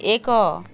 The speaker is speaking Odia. ଏକ